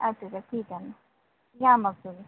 असू दे ठीक आहे ना या मग तुम्ही